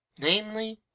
Namely